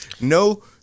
No